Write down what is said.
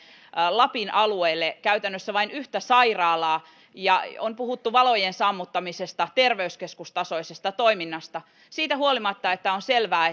lapin alueelle käytännössä vain yhtä sairaalaa ja on puhuttu valojen sammuttamisesta terveyskeskustasoisesta toiminnasta siitä huolimatta että on selvää